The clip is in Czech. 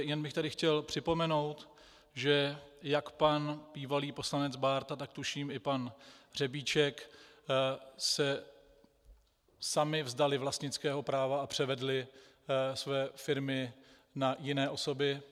Jen bych tady chtěl připomenout, že jak pan bývalý poslanec Bárta, tak tuším i pan Řebíček se sami vzdali vlastnického práva a převedli své firmy na jiné osoby.